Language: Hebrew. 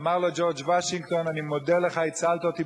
אמר לו ג'ורג' וושינגטון: אני מודה לך, הצלת אותי.